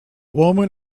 woman